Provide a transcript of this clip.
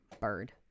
bird